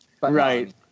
Right